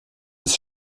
ist